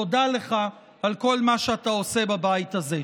תודה לך על כל מה שאתה עושה בבית הזה.